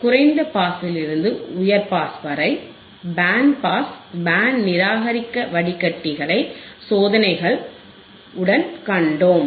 குறைந்த பாஸிலிருந்து உயர் பாஸ் வரை பேண்ட் பாஸ் பேண்ட் நிராகரிக்க வடிகட்டிகளைக் சோதனைகள் உடன் கண்டோம்